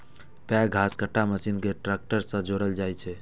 पैघ घसकट्टा मशीन कें ट्रैक्टर सं जोड़ल जाइ छै